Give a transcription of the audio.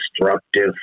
destructive